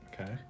Okay